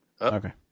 okay